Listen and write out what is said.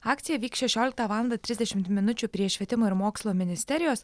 akcija vyks šešioliktą valandą trisdešimt minučių prie švietimo ir mokslo ministerijos